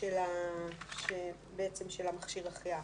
של מכשיר החייאה.